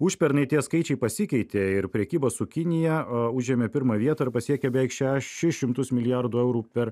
užpernai tie skaičiai pasikeitė ir prekyba su kinija užėmė pirmą vietą ir pasiekė beveik šešis šimtus milijardų eurų per